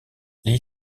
les